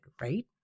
right